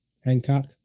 Hancock